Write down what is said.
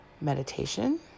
meditation